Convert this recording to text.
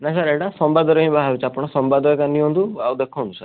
ନାଇଁ ସାର୍ ଏଇଟା ସମ୍ବାଦରେ ହିଁ ବାହାରୁଛି ଆପଣ ସମ୍ବାଦ ଏକା ନିଅନ୍ତୁ ଆଉ ଦେଖନ୍ତୁ ସାର୍